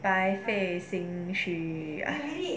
白费心虚 ah